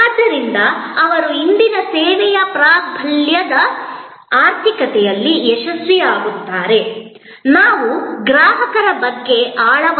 ಆದ್ದರಿಂದ ಅವರು ಇಂದಿನ ಸೇವೆಯ ಪ್ರಾಬಲ್ಯದ ಆರ್ಥಿಕತೆಯಲ್ಲಿ ಯಶಸ್ವಿಯಾಗುತ್ತಾರೆ ನಾವು ಗ್ರಾಹಕರ ಬಗ್ಗೆ ಆಳವಾಗಿ ಯೋಚಿಸಬೇಕು